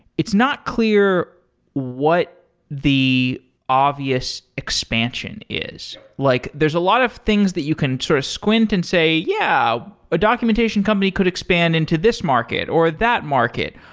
it's not clear what the obvious expansion is. like there're a lot of things that you can sort of squint and say, yeah, a documentation company could expand into this market, or that market.